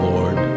Lord